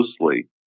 loosely